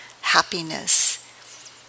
happiness